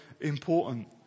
important